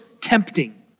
tempting